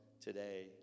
today